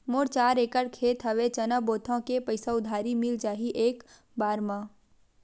मोर चार एकड़ खेत हवे चना बोथव के पईसा उधारी मिल जाही एक बार मा?